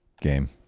game